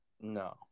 No